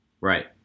Right